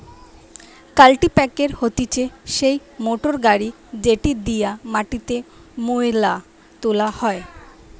কাল্টিপ্যাকের হতিছে সেই মোটর গাড়ি যেটি দিয়া মাটিতে মোয়লা তোলা হয়